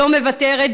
שלא מוותרת,